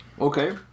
Okay